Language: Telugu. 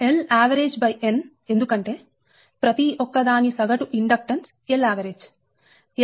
కాబట్టి Lavgn ఎందుకంటే ప్రతి ఒక్క దాని సగటు ఇండక్టెన్స్ Lavg